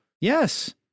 Yes